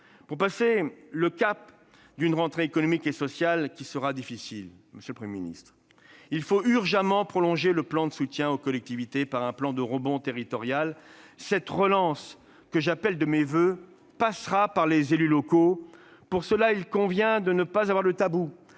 Pour passer le cap d'une rentrée économique et sociale qui sera difficile, monsieur le Premier ministre, il faut urgemment prolonger le plan de soutien aux collectivités par un « plan de rebond territorial ». Cette relance que j'appelle de mes voeux passera par les élus locaux. Pour cela, il convient de ne pas avoir de tabous,